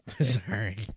Sorry